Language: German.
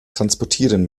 transportieren